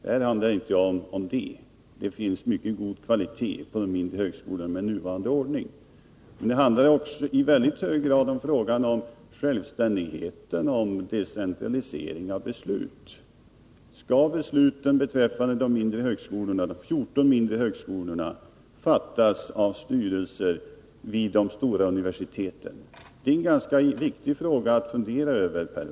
Här handlar det emellertid inte om detta. Det är med den nuvarande ordningen en mycket god kvalitet på utbildningen vid de mindre högskolorna. Nu rör det sig i mycket hög grad om frågan om självständighet och decentralisering av beslut. Skall besluten beträffande de 14 mindre högskolorna fattas av styrelser vid de stora universiteten? Det är en ganska viktig fråga att fundera över, Per Unckel.